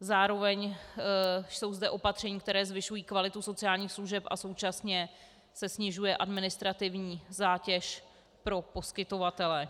Zároveň jsou zde opatření, která zvyšují kvalitu sociálních služeb, a současně se snižuje administrativní zátěž pro poskytovatele.